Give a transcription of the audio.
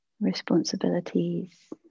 responsibilities